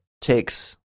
takes